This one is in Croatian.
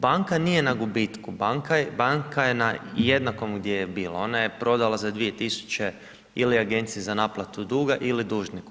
Banka nije na gubitku, banka je na jednakom gdje je bila, ona je prodala za 2000. ili Agenciji za naplatu duga ili dužniku.